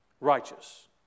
righteous